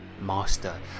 Master